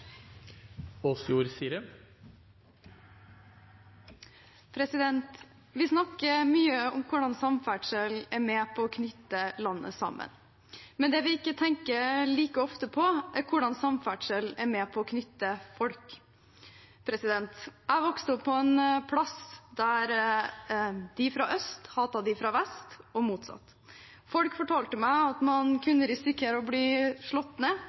med på å knytte landet sammen, men det vi ikke tenker like ofte på, er hvordan samferdsel er med på å knytte folk sammen. Jeg er vokst opp på en plass der de fra øst hatet de fra vest, og motsatt. Folk fortalte meg at man kunne risikere å bli slått ned